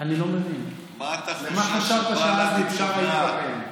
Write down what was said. למה חשבת שעזמי בשארה התכוון?